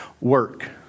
work